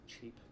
Cheap